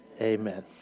Amen